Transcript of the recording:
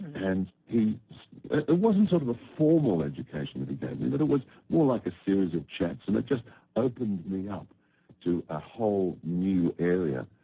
and it wasn't sort of a formal education that he gave me, but it was more like a series of chats and it just opened me up to a whole new area.